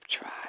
try